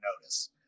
notice